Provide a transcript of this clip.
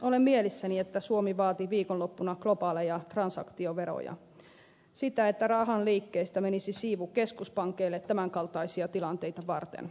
olen mielissäni että suomi vaati viikonloppuna globaaleja transaktioveroja sitä että rahan liikkeistä menisi siivu keskuspankeille tämän kaltaisia tilanteita varten